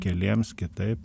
keliems kitaip